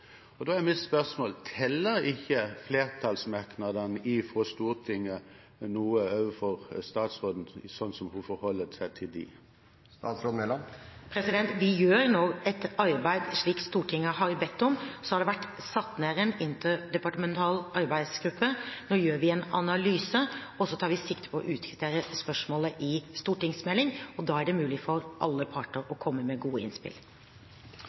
Da er mitt spørsmål: Teller ikke flertallsmerknadene fra Stortinget noe for statsråden, sånn som hun forholder seg til dem? Vi gjør nå et arbeid, slik Stortinget har bedt om. Så har det vært satt ned en interdepartemental arbeidsgruppe. Nå gjør vi en analyse, og så tar vi sikte på å kvittere ut spørsmålet i en stortingsmelding. Da er det mulig for alle parter å komme med gode innspill.